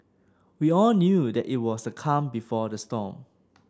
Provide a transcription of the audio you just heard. we all knew that it was the calm before the storm